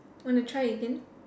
wanna try again